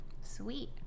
sweet